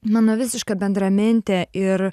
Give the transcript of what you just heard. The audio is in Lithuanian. mano visiška bendramintė ir